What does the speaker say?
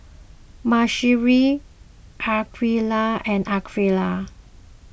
Mahsuri Aqeelah and Aqeelah